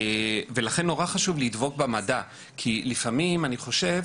ולכן, מאוד חשוב לדבוק במדע, כי לפעמים, אני חושב,